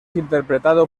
interpretado